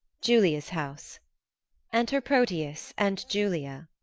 julia's house enter proteus and julia